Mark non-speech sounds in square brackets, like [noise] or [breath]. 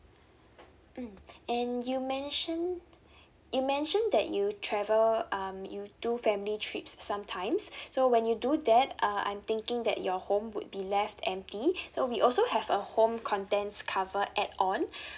mm and you mentioned you mentioned that you travel um you do family trips sometimes [breath] so when you do that uh I'm thinking that your home would be left empty [breath] so we also have a home contents cover add on [breath]